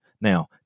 Now